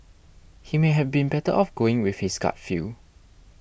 he may have been better off going with his gut feel